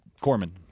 Corman